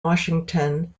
washington